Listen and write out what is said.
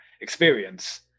experience